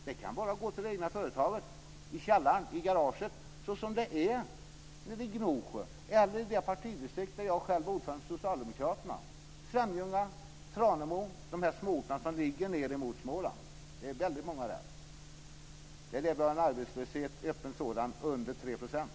Och då kan det handla om det egna företaget, i källaren, i garaget såsom det är i Gnosjö eller i det partidistrikt där jag är ordförande för socialdemokraterna: Svenljunga, Tranemo och i de småorter som ligger ned mot Småland. Där ligger den öppna arbetslösheten under 3 %.